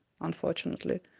unfortunately